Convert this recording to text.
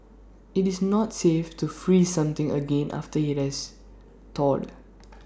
IT is not safe to freeze something again after IT has thawed